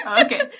Okay